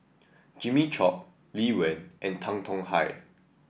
Jimmy Chok Lee Wen and Tan Tong Hye